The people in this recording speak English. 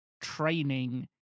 training